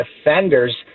offenders